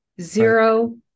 Zero